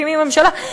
מקימים ממשלה,